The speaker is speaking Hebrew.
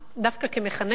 דווקא כמחנכת,